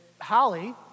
Holly